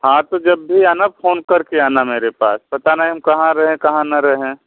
हाँ तो जब भी आना फ़ोन करके आना मेरे पास पता नहीं हम कहाँ रहे कहाँ न रहे